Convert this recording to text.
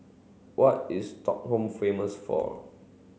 what is Stockholm famous for